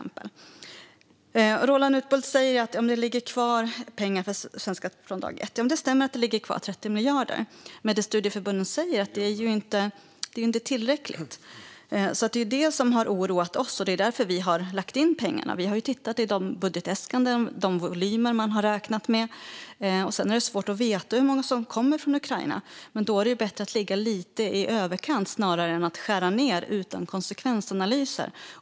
Roland Utbult säger att det ligger kvar pengar för Svenska från dag ett. Det stämmer att det ligger kvar 30 miljoner. Men studieförbunden säger att det är inte tillräckligt. Det har oroat oss. Det är därför vi har lagt in pengar. Vi har tittat i de budgetäskanden och de volymer som man har räknat med. Det är svårt att veta hur många som kommer från Ukraina. Men det är bättre att ligga lite i överkant än att skära ned utan att göra konsekvensanalyser.